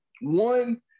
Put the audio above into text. one